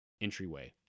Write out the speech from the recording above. entryway